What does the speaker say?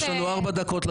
יש לנו ארבע דקות לדיון.